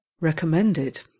recommended